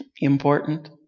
important